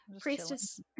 priestess